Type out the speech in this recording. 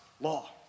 law